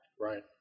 Right